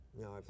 No